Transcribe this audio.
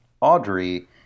Audrey